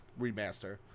remaster